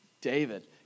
David